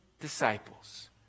disciples